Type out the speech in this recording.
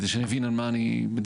כדי שאני אבין על מה אני מדבר.